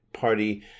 party